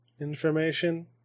information